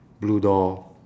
blue door